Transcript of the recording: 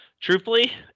truthfully